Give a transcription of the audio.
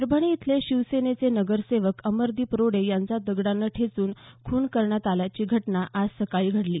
परभणी इथले शिवसेनेचे नगरसेवक अमरदीप रोडे यांचा दगडानं ठेचून खून खून करण्यात आल्याची घटना आज सकाळी घडली